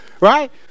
Right